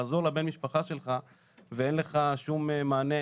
לעזור לבן המשפחה שלך ואין לך שום מענה.